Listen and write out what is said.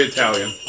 Italian